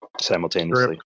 simultaneously